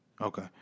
okay